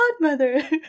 godmother